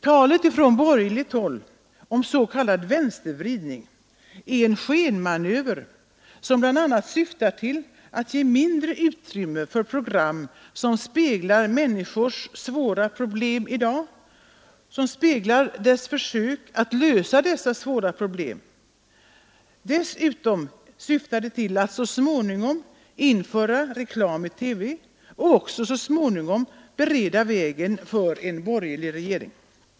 Talet från borgerligt håll om s.k. vänstervridning är en skenmanöver, som bl.a. syftar till att ge mindre utrymme för program som speglar människors svåra problem i dag, som speglar deras försök att lösa dessa svåra problem. Dessutom syftar det till att införa reklam i TV och så småningom bereda vägen för en borgerlig regering.